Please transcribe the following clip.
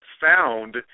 found